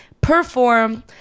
perform